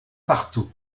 partout